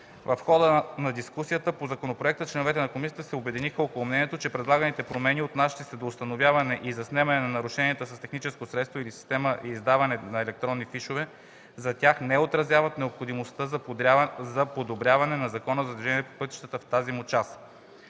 В хода на дискусията по законопроекта членовете на комисията се обединиха около мнението, че предлаганите промени, отнасящи се до установяването и заснемането на нарушенията с техническо средство или система и издаването на електронни фишове за тях, не отразяват необходимостта за подобряването на Закона за движението по пътищата в тази му част.